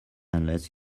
unless